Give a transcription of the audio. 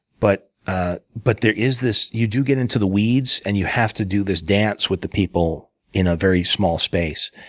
but ah but there is this you do get into the weeds, and you have to do this dance with the people in a very small space.